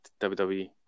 WWE